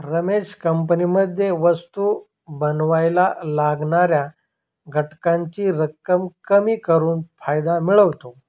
रमेश कंपनीमध्ये वस्तु बनावायला लागणाऱ्या घटकांची रक्कम कमी करून फायदा मिळवतो